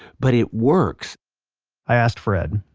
but it works i asked fred,